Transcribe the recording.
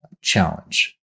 challenge